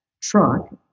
truck